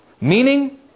Meaning